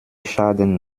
schaden